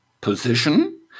position